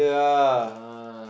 ah